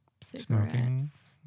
cigarettes